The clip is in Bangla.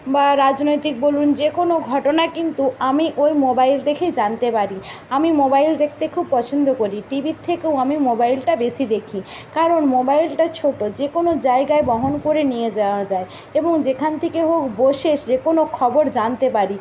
বা রাজনৈতিক বলুন যে কোনো ঘটনা কিন্তু আমি ওই মোবাইল দেখে জানতে পারি আমি মোবাইল দেখতে খুব পছন্দ করি টি ভির থেকেও আমি মোবাইলটা বেশি দেখি কারণ মোবাইলটা ছোটো যে কোনো জায়গায় বহন করে নিয়ে যাওয়া যায় এবং যেখান থেকে হোক বসে যে কোনো খবর জানতে পারি